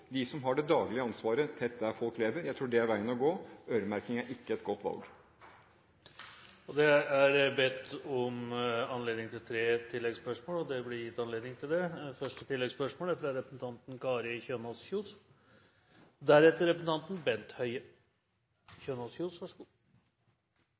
som har det daglige ansvaret og er tett på der folk lever. Jeg tror det er veien å gå. Øremerking er ikke et godt valg. Det er anmodet om tre oppfølgingsspørsmål, og det blir gitt anledning til det. Første oppfølgingsspørsmål er fra representanten Kari Kjønaas Kjos.